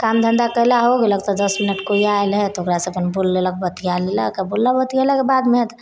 काम धन्धा कएला हो गेलक तऽ दस मिनट कोइ आएल हइ तऽ ओकरासँ बोलि लेलक बतिआ लेलक आओर बोलला बतिएलाके बादमे